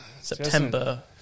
September